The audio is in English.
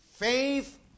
Faith